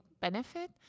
benefit